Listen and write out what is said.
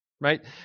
right